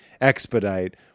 expedite